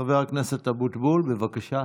חבר הכנסת אבוטבול, בבקשה.